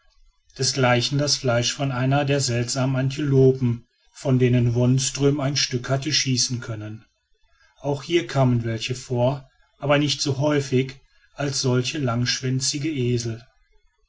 desgleichen das fleisch von einer der seltsamen antilopen von denen wonström ein stück hat schießen können auch hier kamen welche vor aber nicht so häufig als solche langschwänzige esel